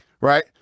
Right